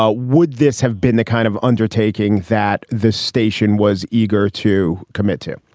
ah would this have been the kind of undertaking that this station was eager to commit to?